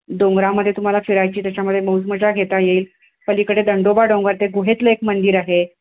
डोंगरामध्ये तुम्हाला फिरायची त्याच्यामध्ये बहुत मजा घेता येईल पलीकडे दंडोबा डोंगर ते गुहेतलं एक मंदिर आहे